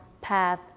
path